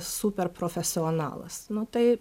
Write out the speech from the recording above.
super profesionalas nu tai